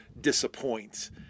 disappoint